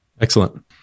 Excellent